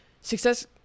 success